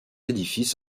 édifices